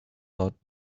thought